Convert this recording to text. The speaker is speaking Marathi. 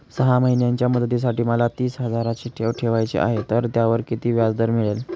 सहा महिन्यांच्या मुदतीसाठी मला तीस हजाराची ठेव ठेवायची आहे, तर त्यावर किती व्याजदर मिळेल?